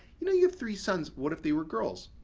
you know, you have three sons. what if they were girls?